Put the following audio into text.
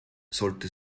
sollte